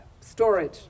storage